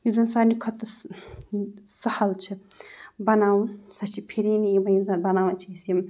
یُس زَن سارنی کھۄتہٕ سہل چھِ بَناوُن سۄ چھِ پھِرِن ییٚلہِ وۄنۍ یِم زَن بَناوان چھِ أسۍ یِم